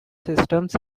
systems